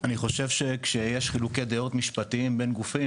אני חושב שכשיש חילוקי דעות משפטיים בין גופים,